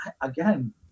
again